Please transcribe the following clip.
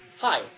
Hi